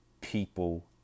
people